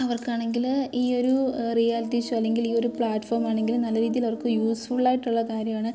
അവർക്കാണെങ്കിൽ ഈ ഒരു reality show അല്ലെങ്കിൽ ഈ ഒരു പ്ലാറ്റ്ഫോം ആണെങ്കിൽ നല്ല രീതിയിൽ അവർക്ക് യൂസ്ഫുൾ ആയിട്ടുള്ള കാര്യമാണ്